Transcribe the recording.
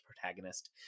protagonist